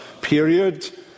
period